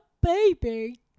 baby